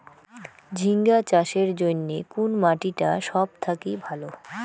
ঝিঙ্গা চাষের জইন্যে কুন মাটি টা সব থাকি ভালো?